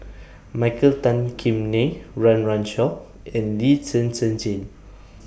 Michael Tan Kim Nei Run Run Shaw and Lee Zhen Zhen Jane